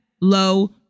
low